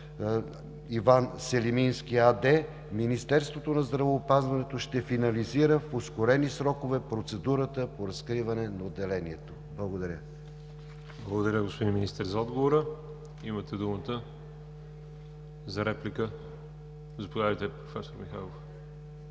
Иван Селимински“ АД, Министерството на здравеопазването ще финализира в ускорени срокове процедурата по разкриване на отделението. Благодаря. ПРЕДСЕДАТЕЛ ВАЛЕРИ ЖАБЛЯНОВ: Благодаря, господин Министър, за отговора. Имате думата за реплика. Заповядайте, професор Михайлов.